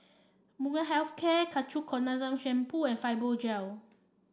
Molnylcke Health Care Ketoconazole Shampoo and Fibogel